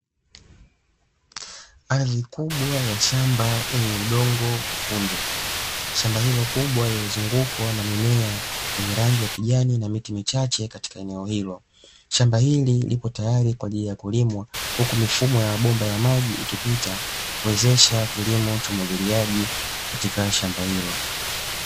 Ardhi kubwa ya shamba lenye udongo mwekundu, shamba hilo kubwa lililozungukwa na mimea yenye rangi ya kijani na miti michache katika eneo hilo, shamba hili lipo tayari kwa ajili ya kulimwa huku mifumo ya mabomba ya maji ikipita, kuwezesha kilimo cha umwagiliaji katika shamba hilo.